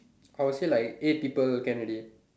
I will say like eight people can already